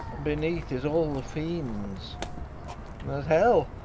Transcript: beneath is all the fiend's there's hell,